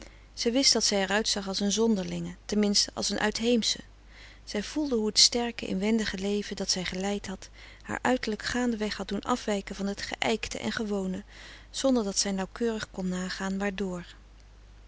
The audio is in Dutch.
zij wist dat zij er uitzag als een zonderlinge ten minste als een uitheemsche zij voelde hoe het frederik van eeden van de koele meren des doods sterke inwendige leven dat zij geleid had haar uiterlijk gaandeweg had doen afwijken van het geijkte en gewone zonder dat zij nauwkeurig kon nagaan waardoor